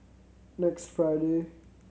next Friday